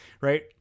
right